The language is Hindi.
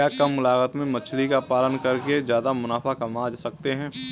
क्या कम लागत में मछली का पालन करके ज्यादा मुनाफा कमा सकते हैं?